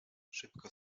szybko